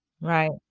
Right